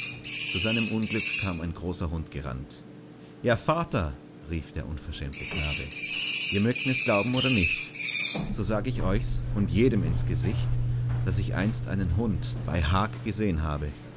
zu seinem unglück kam ein großer hund gerannt ja vater rief der unverschämte knabe ihr mögt mirs glauben oder nicht so sag ich euchs und jedem ins gesicht daß ich einst einen hund bei haag gesehen habe